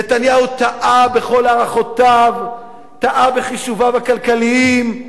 נתניהו טעה בכל הערכותיו, טעה בחישוביו הכלכליים,